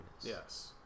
Yes